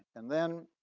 and then